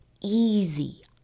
easy